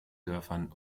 dörfern